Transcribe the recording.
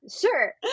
sure